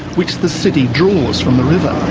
which the city draws from the river.